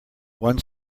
one